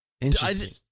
Interesting